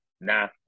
nah